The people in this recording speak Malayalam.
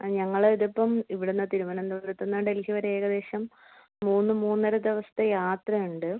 അ ഞങ്ങള് ഇതിപ്പം ഇവിടുന്ന് തിരുവനന്തപുരത്ത് നിന്ന് ഡെൽഹി വരെ ഏകദേശം മൂന്ന് മൂന്നര ദിവസത്തെ യാത്ര ഉണ്ട്